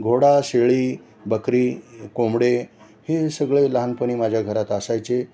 घोडा शेळी बकरी कोंबडे हे सगळे लहानपणी माझ्या घरात असायचे